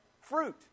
fruit